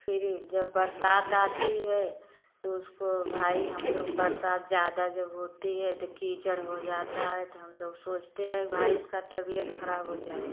फिर जब बरसात आती है तो उसको भाई हम लोग बरसात ज़्यादा जब होती है तो कीचड़ हो जाता है तो हम लोग सोचते हैं भाई इसका तबियत खराब हो जाए